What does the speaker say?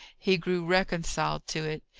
he grew reconciled to it.